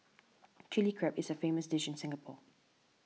Chilli Crab is a famous dish in Singapore